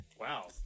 Wow